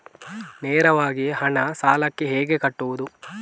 ನೇರವಾಗಿ ಹಣ ಸಾಲಕ್ಕೆ ಹೇಗೆ ಕಟ್ಟುವುದು?